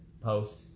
post